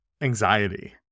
Anxiety